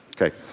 Okay